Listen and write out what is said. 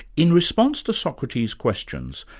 in response to socrates' questions,